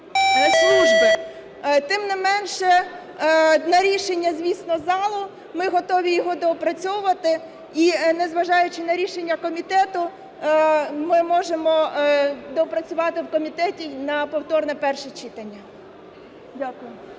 Тим не менше – на рішення, звісно, залу. Ми готові його доопрацьовувати. І не зважаючи на рішення комітету, ми можемо доопрацювати в комітеті і на повторне перше читання. Дякую.